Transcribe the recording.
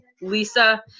Lisa